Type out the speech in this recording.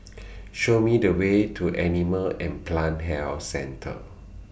Show Me The Way to Animal and Plant Health Centre